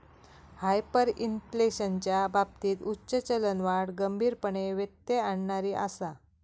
हायपरइन्फ्लेशनच्या बाबतीत उच्च चलनवाढ गंभीरपणे व्यत्यय आणणारी आसा